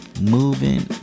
Moving